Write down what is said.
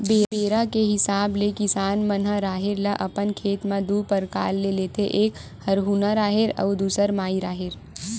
बेरा के हिसाब ले किसान मन ह राहेर ल अपन खेत म दू परकार ले लेथे एक हरहुना राहेर अउ दूसर माई राहेर